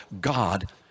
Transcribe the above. God